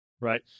Right